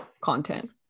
content